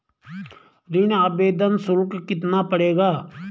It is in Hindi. ऋण आवेदन शुल्क कितना पड़ेगा?